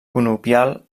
conopial